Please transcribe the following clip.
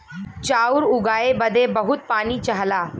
चाउर उगाए बदे बहुत पानी चाहला